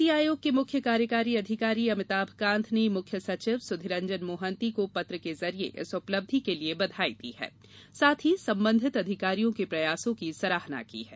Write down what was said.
नीति आयोग के मुख्य कार्यकारी अधिकारी अमिताभ कान्त ने मुख्य सचिव सुधिरंजन मोहन्ती को पत्र के जरिये इस उपलब्धि के लिये बधाई दी है साथ ही संबंधित अधिकारियों के प्रयासों की सराहना की है